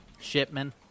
Shipman